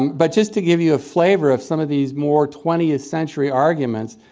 but just to give you a flavor of some of these more twentieth century arguments,